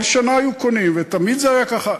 כל שנה היו קונים, ותמיד זה היה ככה.